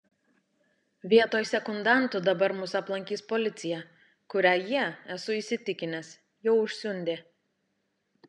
vietoj sekundantų dabar mus aplankys policija kurią jie esu įsitikinęs jau užsiundė